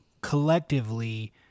collectively